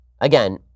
Again